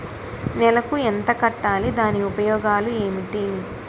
నెలకు ఎంత కట్టాలి? దాని ఉపయోగాలు ఏమిటి?